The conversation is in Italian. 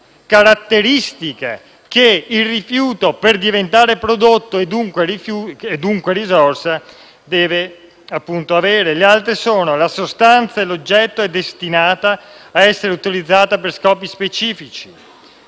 *a)* la sostanza o l'oggetto è destinata/o a essere utilizzata/o per scopi specifici;